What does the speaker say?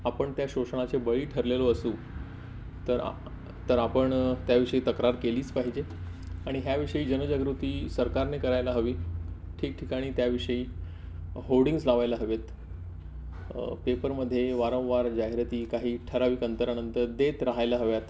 आपण त्या शोषणाचे बळी ठरलेलो असू तर आपण त्याविषयी तक्रार केलीच पाहिजे आणि ह्याविषयी जनजागृती सरकारने करायला हवी ठिकठिकाणी त्याविषयी होर्डिंग्ज लावायला हवेत पेपरमध्ये वारंवार जाहिराती काही ठराविक अंतरानंतर देत राहायला हव्यात